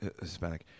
Hispanic